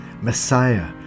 Messiah